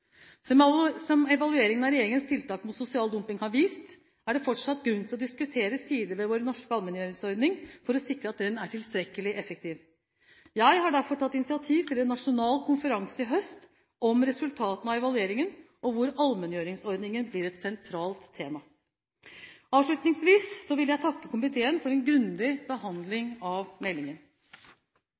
Som evalueringen av regjeringens tiltak mot sosial dumping har vist, er det fortsatt grunn til å diskutere sider ved vår norske allmenngjøringsordning for å sikre at den er tilstrekkelig effektiv. Jeg har derfor tatt initiativ til en nasjonal konferanse i høst om resultatene av evalueringen, hvor allmenngjøringsordningen blir et sentralt tema. Avslutningsvis vil jeg takke komiteen for en grundig behandling av meldingen.